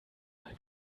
mal